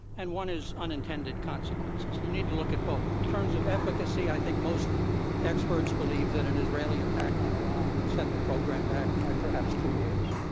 and one is unintended consequences. you need to look at both. in terms of efficacy, i think most experts believe that an israeli attack on iran would set the program back by perhaps two years.